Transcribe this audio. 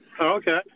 Okay